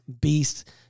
beast